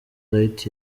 light